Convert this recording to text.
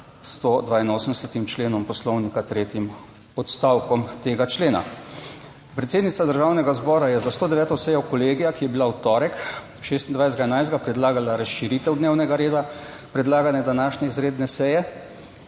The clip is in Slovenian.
182. členom Poslovnika, tretjim odstavkom tega člena. Predsednica Državnega zbora je za 109. sejo Kolegija, ki je bila v torek, 26. 11., predlagala razširitev dnevnega reda predlagane današnje izredne seje.